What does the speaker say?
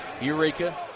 Eureka